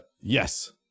yes